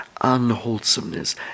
unwholesomeness